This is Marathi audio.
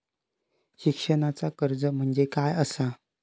शिक्षणाचा कर्ज म्हणजे काय असा?